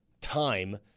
time